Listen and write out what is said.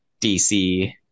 DC